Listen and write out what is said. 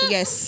Yes